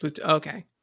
Okay